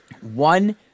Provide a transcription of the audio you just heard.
One